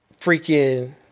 freaking